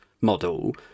model